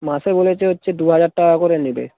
মাসে বলেছে হচ্ছে দু হাজার টাকা করে নেবে